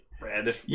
red